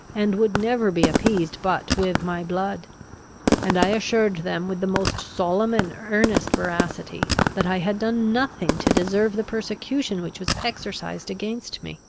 and would never be appeased but with my blood and i assured them with the most solemn and earnest veracity, that i had done nothing to deserve the persecution which was exercised against me.